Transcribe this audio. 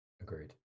Agreed